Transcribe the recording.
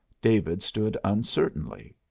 david stood uncertainly,